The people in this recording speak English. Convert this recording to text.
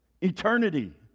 eternity